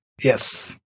Yes